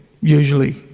usually